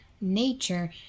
nature